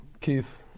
Keith